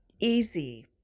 easy